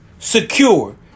Secure